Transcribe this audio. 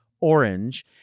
orange